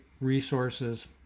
resources